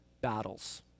battles